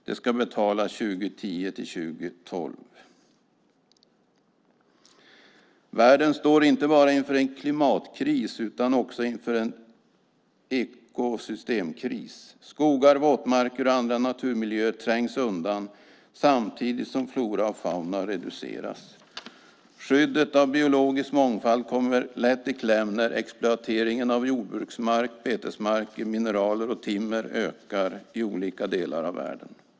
Det ska betalas 2010-2012. Världen står inte bara inför en klimatkris utan också inför en ekosystemkris. Skogar, våtmarker och andra naturmiljöer trängs undan samtidigt som flora och fauna reduceras. Skyddet av biologisk mångfald kommer lätt i kläm när exploateringen av jordbruksmark, betesmarker, mineraler och timmer ökar i olika delar av världen.